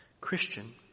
Christian